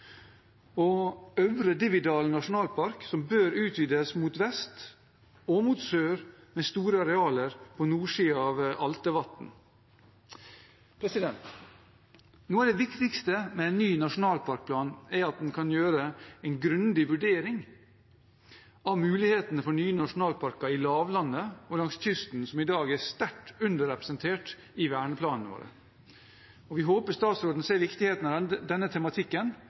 og Øvre Dividal nasjonalpark, som bør utvides mot vest og mot sør med store arealer på nordsiden av Altevatnet. Noe av det viktigste med en ny nasjonalparkplan er at en kan gjøre en grundig vurdering av mulighetene for nye nasjonalparker i lavlandet og langs kysten, som i dag er sterkt underrepresentert i verneplanene våre. Vi håper statsråden ser viktigheten av denne tematikken